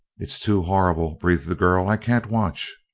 it's too horrible! breathed the girl. i can't watch!